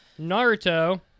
Naruto